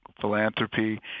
philanthropy